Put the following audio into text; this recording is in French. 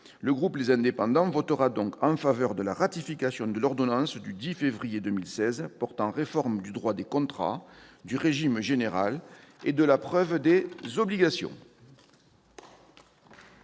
et Territoires votera donc en faveur de la ratification de l'ordonnance du 10 février 2016 portant réforme du droit des contrats, du régime général et de la preuve des obligations.